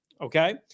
okay